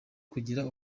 kugira